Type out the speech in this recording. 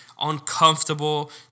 uncomfortable